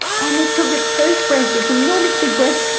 and it took its first breath, this enormous big breath,